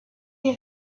est